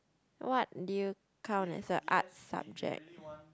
what do you count as a art subject